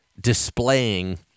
displaying